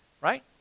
right